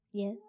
Yes